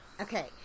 okay